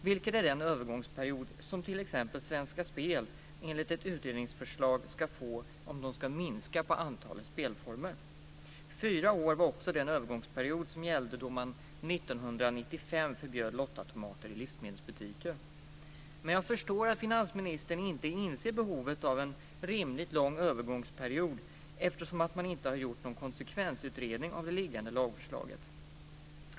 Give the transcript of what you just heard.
Det är den övergångsperiod som t.ex. Svenska Spel enligt ett utredningsförslag ska få om antalet spelformer ska minskas. Fyra år var också den övergångsperiod som gällde då man 1995 förbjöd lottautomater i livsmedelsbutiker. Men jag förstår att finansministern inte inser behovet av en rimligt lång övergångsperiod eftersom man inte har gjort någon konsekvensutredning av det liggande lagförslaget.